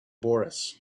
boris